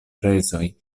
prezoj